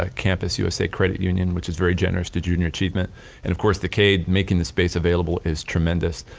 ah campus usa credit union which is very generous to junior achievement and of course the cade, making the space available is tremendous.